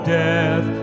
death